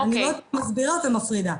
אני מסבירה ומפרידה.